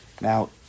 Now